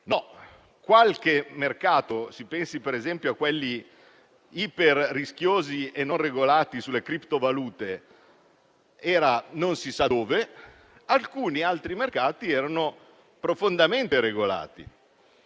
così: qualche mercato - si pensi per esempio a quelli iper rischiosi e non regolati sulle criptovalute - era non si sa dove, mentre alcuni altri erano profondamente regolati.